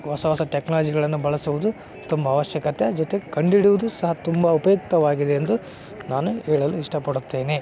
ಹೊಸ ಹೊಸ ಟೆಕ್ನಾಲಜಿಗಳನ್ನು ಬಳಸುವುದು ತುಂಬ ಅವಶ್ಯಕತೆ ಜೊತೆಗೆ ಕಂಡು ಹಿಡಿಯುದು ಸಹ ತುಂಬ ಉಪಯುಕ್ತವಾಗಿದೆ ಎಂದು ನಾನು ಹೇಳಲು ಇಷ್ಟಪಡುತ್ತೇನೆ